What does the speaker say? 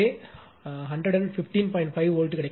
5 volt கிடைக்கும்